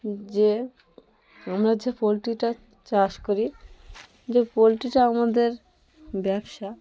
যে আমরা যে পোলট্রিটা চাষ করি যে পোলট্রিটা আমাদের ব্যবসা